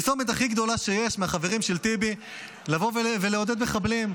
פרסומת הכי גדולה שיש מהחברים של טיבי לבוא ולעודד מחבלים,